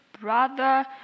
brother